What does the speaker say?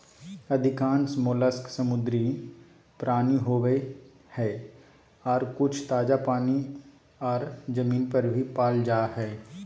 अधिकांश मोलस्क समुद्री प्राणी होवई हई, आर कुछ ताजा पानी आर जमीन पर भी पाल जा हई